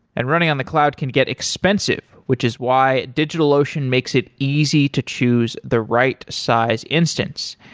and running on the cloud can get expensive, which is why digitalocean makes it easy to choose the right size instance.